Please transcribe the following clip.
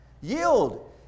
yield